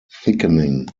thickening